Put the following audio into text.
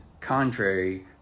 contrary